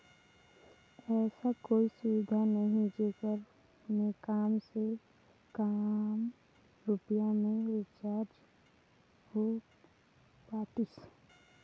ऐसा कोई सुविधा नहीं जेकर मे काम से काम रुपिया मे रिचार्ज हो पातीस?